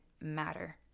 matter